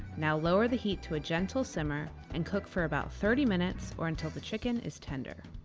now lower the heat to a gentle simmer and cook for about thirty minutes or until the chicken is tender.